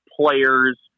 players